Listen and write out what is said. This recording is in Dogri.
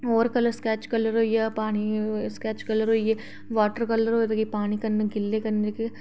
होर कलर स्कैच कलर होई गेआ पानी स्कैच कलर होई गे वॉटर होई गे जेह्ड़े पानी